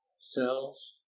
cells